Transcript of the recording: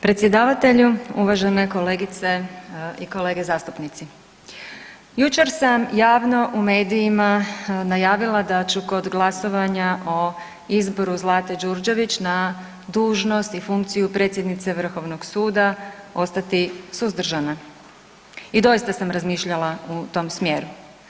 Predsjedavatelju, uvažene kolegice i kolege zastupnici, jučer sam javno u medijima najavila da ću kod glasovanja o izboru Zlate Đurđević na dužnosti i funkcije predsjednice Vrhovnog suda ostati suzdržana i doista sam razmišljala u tom smjeru.